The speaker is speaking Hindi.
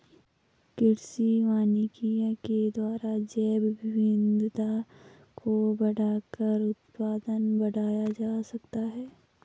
कृषि वानिकी के द्वारा जैवविविधता को बढ़ाकर उत्पादन बढ़ाया जा सकता है